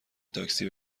تاکسی